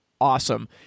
awesome